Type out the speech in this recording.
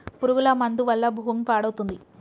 పురుగుల మందు వల్ల భూమి పాడవుతుంది